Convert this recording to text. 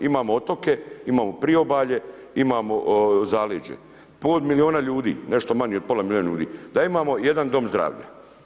Imamo otoke, imamo priobalje, imamo zaleđe, pol milijuna ljudi, nešto manje od pola milijuna ljudi, da imamo jedan dom zdravlja.